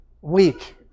Weak